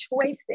choices